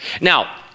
Now